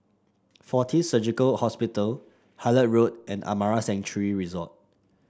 Fortis Surgical Hospital Hullet Road and Amara Sanctuary Resort